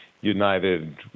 United